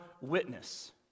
witness